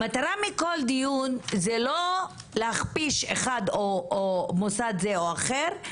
המטרה של כל דיון היא לא להכפיש מוסד זה או אחר,